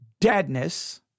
deadness